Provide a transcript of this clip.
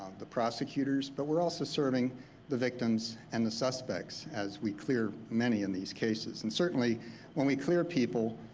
the prosecutors, but we're also serving the victims and the suspects as we clear many in these cases. and certainly when we clear people,